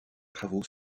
travaux